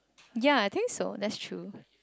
ya I think so that's true